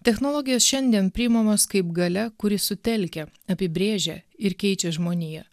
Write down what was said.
technologijos šiandien priimamos kaip galia kuri sutelkia apibrėžia ir keičia žmoniją